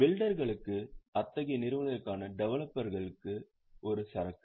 பில்டர்களுக்கு அத்தகைய நிறுவனங்களுக்கான டெவலப்பர்கள் ஒரு சரக்கு